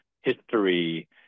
history